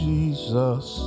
Jesus